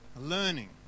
learning